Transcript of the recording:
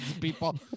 people